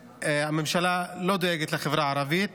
והממשלה לא דואגת לחברה הערבית